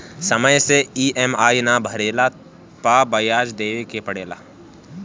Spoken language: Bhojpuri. समय से इ.एम.आई ना भरला पअ बियाज देवे के पड़ेला